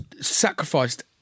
sacrificed